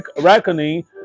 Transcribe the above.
reckoning